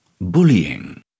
Bullying